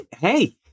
Hey